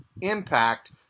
impact